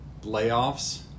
layoffs